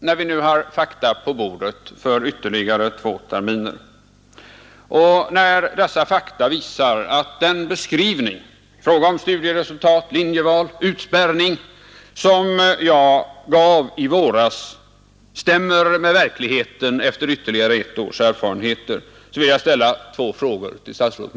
När vi nu har fakta på bordet för ytterligare två terminer och när dessa fakta visar att den beskrivning i fråga om studieresultat, linjeval och utspärrning som jag gav i våras stämmer med verkligheten, så vill jag ställa två frågor till statsrådet.